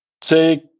take